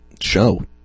show